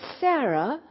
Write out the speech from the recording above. Sarah